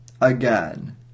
Again